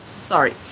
Sorry